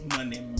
Money